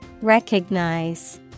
Recognize